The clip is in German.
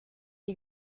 die